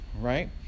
Right